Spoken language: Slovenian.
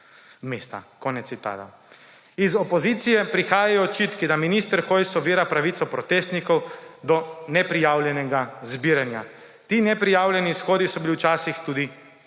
mesta.« Konec citata. Iz opozicije prihajajo očitki, da minister Hojs ovira pravico protestnikov do neprijavljenega zbiranja. Ti neprijavljeni shodi so bili včasih tudi nasilni.